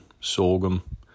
sorghum